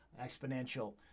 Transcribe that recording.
exponential